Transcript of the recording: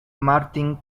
martin